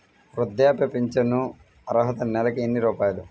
వృద్ధాప్య ఫింఛను అర్హత నెలకి ఎన్ని రూపాయలు?